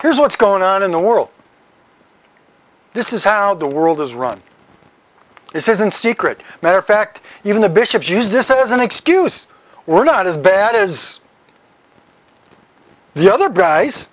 here's what's going on in the world this is how the world is run this isn't secret matter fact even the bishops use this as an excuse we're not as bad as the other guys